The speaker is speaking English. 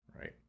right